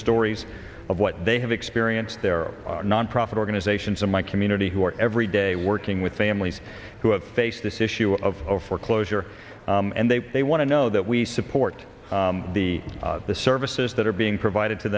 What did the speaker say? stories of what they have experienced there are nonprofit organizations in my community who are every day working with families who have faced this issue of foreclosure and they they want to know that we support the the services that are being provided to